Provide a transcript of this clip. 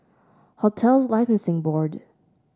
Hotels Licensing Board